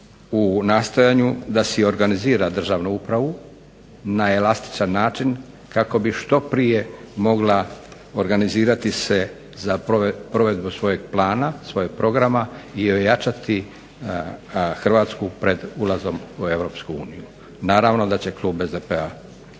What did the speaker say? u nastojanju da si organizira državnu upravu na elastičan način kako bi što prije mogla organizirati se za provedbu svojeg plana, svojeg programa i ojačati Hrvatsku pred ulaskom u EU. Naravno da će klub SDP-a glasovati